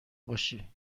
باشی